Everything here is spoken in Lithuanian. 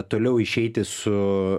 toliau išeiti su